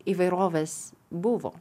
įvairovės buvo